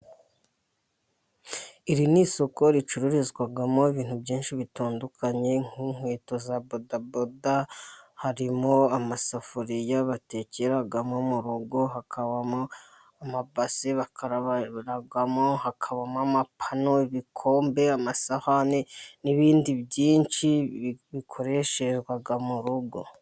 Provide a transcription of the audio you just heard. Iri ni isoko ricururizwamo ibintu byinshi bitandukanye nk'inkweto za bodaboda, harimo amasafuriya batekeramo mu rugo hakabamo amabase karabiramo, hakabamo amapanu, ibikombe, amasahani n'ibindi byinshi bikoreshwa mu rugo.